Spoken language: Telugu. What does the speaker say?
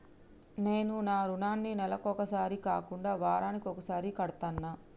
నేను నా రుణాన్ని నెలకొకసారి కాకుండా వారానికోసారి కడ్తన్నా